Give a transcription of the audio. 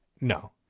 No